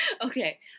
okay